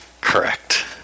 correct